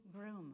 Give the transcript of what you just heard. groom